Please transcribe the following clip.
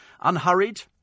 Unhurried